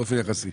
באופן יחסי?